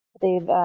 they've,